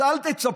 אז אל תצפו,